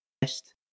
best